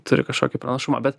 turi kažkokį pranašumą bet